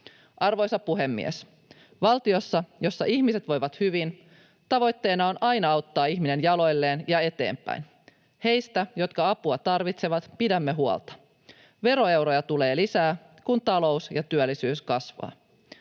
Arvoisa puhemies! Valtiossa, jossa ihmiset voivat hyvin, tavoitteena on aina auttaa ihminen jaloilleen ja eteenpäin. Heistä, jotka apua tarvitsevat, pidämme huolta. Veroeuroja tulee lisää, kun talous ja työllisyys kasvavat.